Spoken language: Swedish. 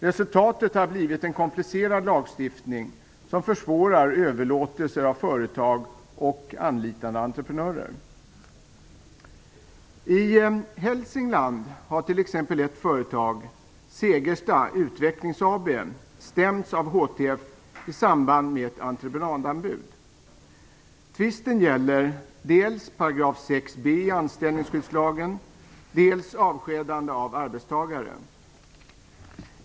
Resultatet är en komplicerad lagstiftning som försvårar överlåtelser av företag och anlitande av entreprenörer I Hälsingland har t.ex. ett företag, Segersta Utvecklings AB, stämts av HTF i samband med ett entreprenadanbud. Tvisten gäller dels 6 b § Anställningsskyddslagen, dels avskedande av arbetstagare.